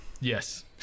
Yes